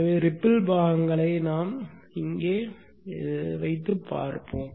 எனவே ரிப்பில் பாகங்களை இங்கே வைத்துப் பார்ப்போம்